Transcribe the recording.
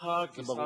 בתפקידך זה ברור.